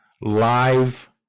live